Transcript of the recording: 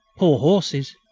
poor horses!